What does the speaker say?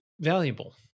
valuable